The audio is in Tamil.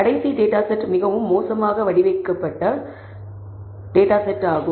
கடைசி டேட்டா செட் மிகவும் மோசமாக வடிவமைக்கப்பட்ட டேட்டா செட் ஆகும்